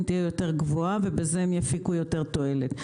תהיה יותר גבוהה ובזה הם יפיקו יותר תועלת.